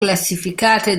classificate